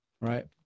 right